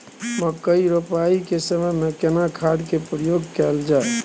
मकई रोपाई के समय में केना खाद के प्रयोग कैल जाय?